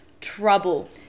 trouble